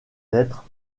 être